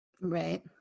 Right